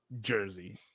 jersey